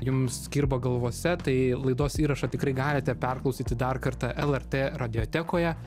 jums kirba galvose tai laidos įrašą tikrai galite perklausyti dar kartą lrt radiotekoje